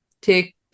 take